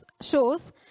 shows